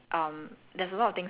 ya we should